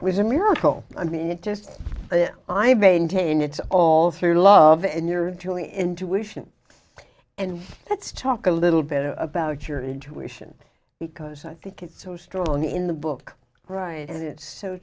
was a miracle i mean it just i maintain it's all through love and you're doing intuition and let's talk a little bit about your intuition because i think it's so strong in the book right and it's so